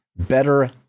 Better